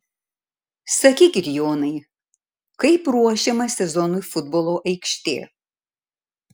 sakykit jonai kaip ruošiama sezonui futbolo aikštė